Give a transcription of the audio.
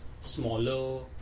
smaller